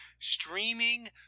streaming